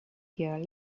here